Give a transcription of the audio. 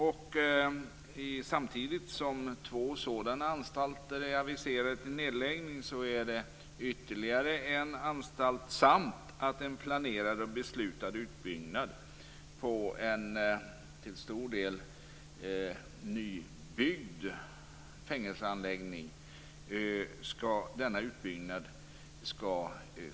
Nedläggning av två sådana anstalter har aviserats, plus ytterligare en anstalt. Samtidigt skall en planerad och beslutad utbyggnad av en till stor del nybyggd fängelseanläggning stoppas.